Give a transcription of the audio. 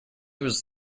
was